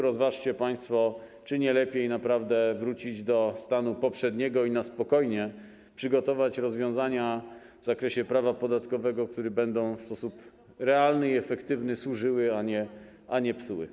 Rozważcie państwo, czy naprawdę nie lepiej wrócić do stanu poprzedniego i na spokojnie przygotować rozwiązania w zakresie prawa podatkowego, które będą w sposób realny i efektywny służyły, a nie psuły.